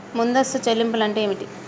ముందస్తు చెల్లింపులు అంటే ఏమిటి?